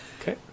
Okay